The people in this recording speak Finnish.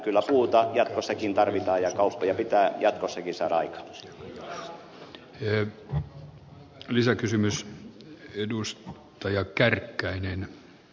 kyllä puuta jatkossakin tarvitaan ja kauppoja pitää jatkossa kisa vaikka tie lisäkysymys edus jatkossakin saada aikaan